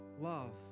Love